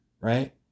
right